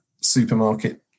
supermarket